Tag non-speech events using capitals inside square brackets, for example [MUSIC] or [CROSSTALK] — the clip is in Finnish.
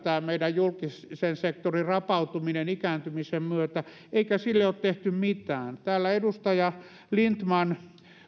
[UNINTELLIGIBLE] tämä meidän julkisen sektorin rapautuminen alkaa näkyä ikääntymisen myötä eikä sille ole tehty mitään täällä edustaja lindtman